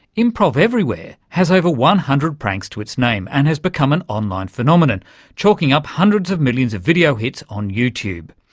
improv everywhere has over one hundred pranks to its name and has become an online phenomenon, chalking up hundreds of millions of video hits on youtube.